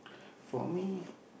for me